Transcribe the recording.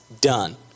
done